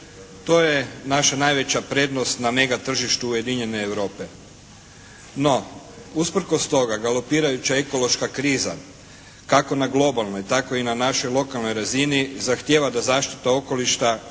To je naša najveća prednost na mega tržištu ujedinjene Europe. No, usprkos toga galopirajuća ekološka kriza kako na globalnoj tako i na našoj lokalnoj razini zahtijeva da zaštita okoliša